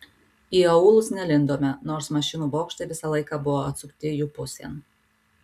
į aūlus nelindome nors mašinų bokštai visą laiką buvo atsukti jų pusėn